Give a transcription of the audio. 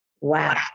wow